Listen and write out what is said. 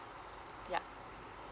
ya